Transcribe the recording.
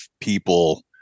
people